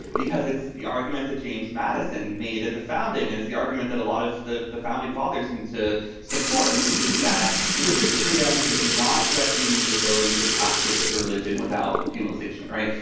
because it's the argument that james madison made at the founding and it's the argument that a lot of the the founding fathers seem to support, which is that religious freedom does not just mean the ability to practice your religion without penalization. right.